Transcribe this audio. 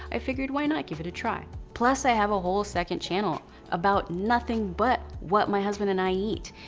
i figured, why not give it a try? plus, i have a whole second channel about nothing but what my husband and i eat.